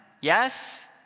Yes